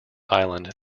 island